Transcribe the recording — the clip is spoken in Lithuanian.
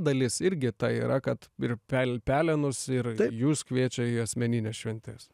dalis irgi ta yra kad ir pel pelenus ir jus kviečia į asmenines šventes